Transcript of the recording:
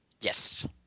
Yes